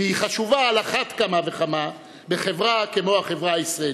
על אחת כמה וכמה היא חשובה בחברה כמו החברה הישראלית.